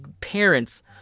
parents